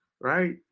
right